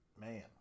Man